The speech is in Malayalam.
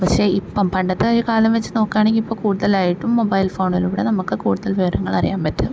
പക്ഷേ ഇപ്പം പണ്ടത്തെ കാലം വെച്ച് നോക്കുകയാണെങ്കിൽ ഇപ്പം കൂട്തലായിട്ടും മൊബൈൽ ഫോണിലൂടെ നമുക്ക് കൂട്തൽ വിവരങ്ങളറിയാൻ പറ്റും